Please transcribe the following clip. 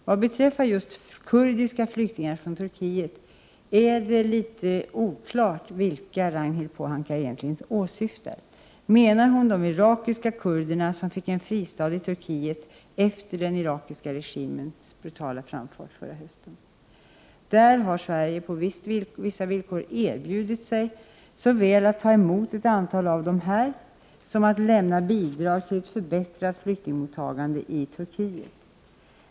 Vad beträffar just kurdiska flyktingar från Turkiet är det litet oklart vilka Ragnhild Pohanka egentligen åsyftar. Menar hon de irakiska kurderna som fick en fristad i Turkiet efter den irakiska regimens brutala framfart förra hösten? Där har Sverige på vissa villkor erbjudit sig såväl att ta emot ett antal av dessa som att lämna bidrag till ett förbättrat flyktingmottagande i Turkiet.